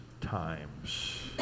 times